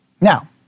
Now